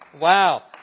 Wow